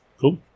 Cool